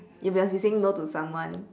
you must be saying no to someone